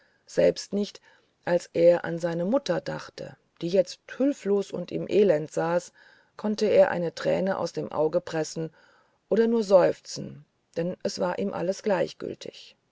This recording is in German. selbst nicht als er an seine mutter dachte die jetzt wohl hülflos und im elend saß konnte er eine träne aus dem auge pressen oder nur seufzen denn es war ihm alles so gleichgültig